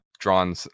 drawn